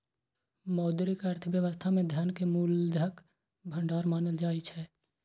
मौद्रिक अर्थव्यवस्था मे धन कें मूल्यक भंडार मानल जाइ छै